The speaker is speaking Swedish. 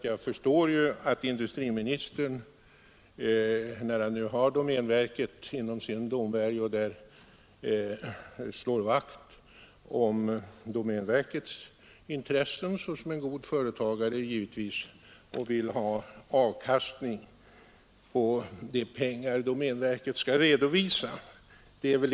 Jag förstår att industriministern, eftersom han har domänverket inom sin domvärjo, som god företagare givetvis slår vakt om domänverkets intressen och vill ha avkastning på de pengar domänverket skall redovisa.